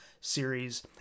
series